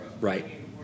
right